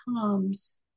comes